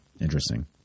interesting